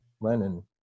Lenin